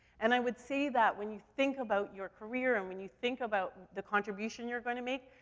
and i would say that when you think about your career, and when you think about the contribution you're gonna make,